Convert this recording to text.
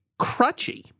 Crutchy